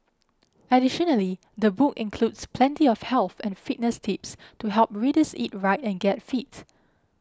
additionally the book includes plenty of health and fitness tips to help readers eat right and get fit